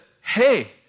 hey